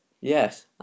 yes